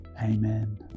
Amen